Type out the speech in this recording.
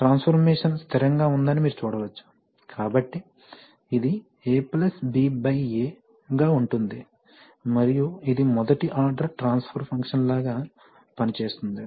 కాబట్టి ఇది a b a గా ఉంటుంది మరియు ఇది మొదటి ఆర్డర్ ట్రాన్స్ఫర్ ఫంక్షన్ లాగా పనిచేస్తుంది